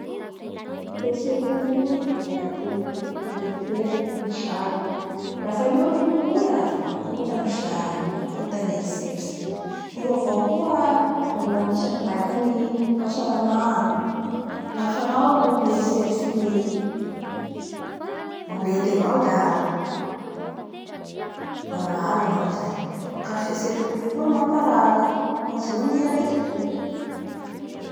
Ny fietsempo io no mibaiko ny eritserisy sy ny say lafa io mikorota da mikorota ny say, mikorota ny eritseritsy. Io avao koa ro anisany mibaiko ny fahasalama. Lafa anao mieritseritsy arety avao da marary anao zay. Ka i fietsempo io koa mamparary. Maha voan'ny aretim-po.